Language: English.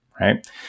right